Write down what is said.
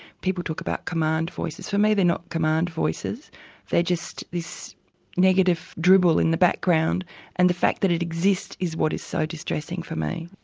people talk about command voices, for me they're not command voices they are just this negative dribble in the background and the fact that it exists is what is so distressing for me.